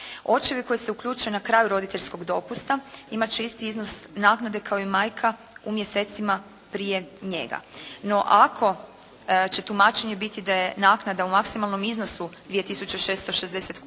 Očevi koji se uključuju na kraju roditeljskog dopusta imat će isti iznos naknade kao i majka u mjesecima prije njega. No ako će tumačenje biti da je naknada u maksimalnom iznosu 2